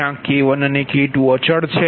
જ્યાં K1અને K2 અચલ છે